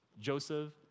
Joseph